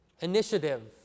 initiative